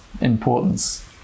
importance